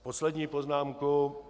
Poslední poznámka.